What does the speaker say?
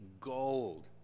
gold